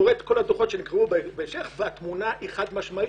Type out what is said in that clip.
קורא את כל התחקירים שנעשו בנושא והתמונה היא חד-משמעית,